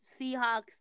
Seahawks